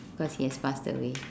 because he has passed away